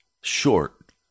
short